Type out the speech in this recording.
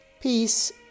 Peace